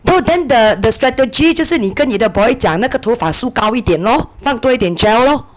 no then the the strategy 就是你跟你的 boy 讲那个头发梳高一点 lor 放多一点 gel lor